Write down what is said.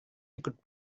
ikut